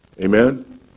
Amen